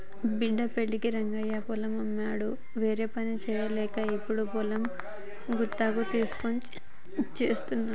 బిడ్డ పెళ్ళికి రంగయ్య పొలం అమ్మిండు వేరేపని చేయలేక ఇప్పుడు పొలం గుత్తకు తీస్కొని చేస్తుండు